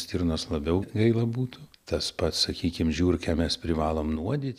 stirnos labiau gaila būtų tas pats sakykim žiurkę mes privalom nuodyt